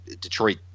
Detroit